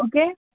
okay